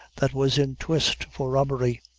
that was in twiste for robbery.